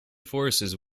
forces